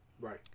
Right